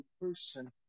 person